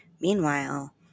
meanwhile